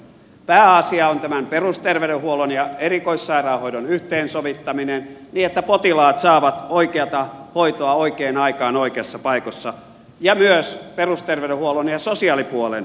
pääasia on tämän perusterveydenhuollon ja erikoissairaanhoidon yhteensovittaminen niin että potilaat saavat oikeata hoitoa oikeaan aikaan oikeissa paikoissa ja myös perusterveydenhuollon ja sosiaalipuolen yhteensovittaminen